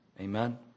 Amen